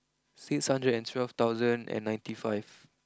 six hundred and twelve thousand and ninety five